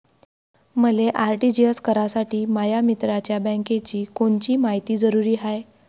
मले आर.टी.जी.एस करासाठी माया मित्राच्या बँकेची कोनची मायती जरुरी हाय?